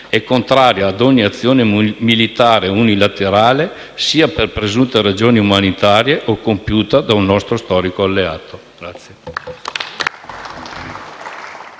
è contraria a ogni azione militare unilaterale, sia per presunte ragioni umanitarie o compiuta da un nostro storico alleato.